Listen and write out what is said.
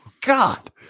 God